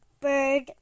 bird